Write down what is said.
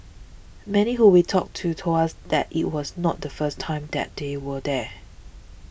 many who we talked to told us that it was not the first time that they were there